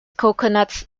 coconuts